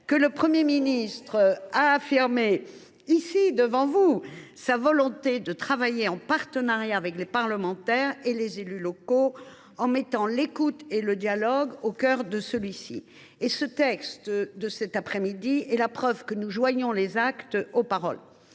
que le Premier ministre a affirmé devant vous, ici, sa volonté de travailler en partenariat avec les parlementaires et les élus locaux, en mettant l’écoute et le dialogue au cœur de celui ci. Ce texte est la preuve que nous joignons les actes aux paroles.